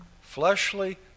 Fleshly